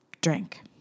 Drink